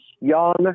young